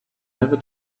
never